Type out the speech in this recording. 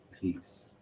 peace